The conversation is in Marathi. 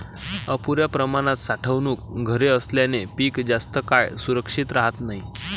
अपुर्या प्रमाणात साठवणूक घरे असल्याने पीक जास्त काळ सुरक्षित राहत नाही